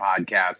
podcast